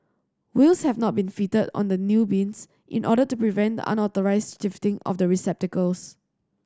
wheels have not been fitted on the new bins in order to prevent the unauthorised shifting of the receptacles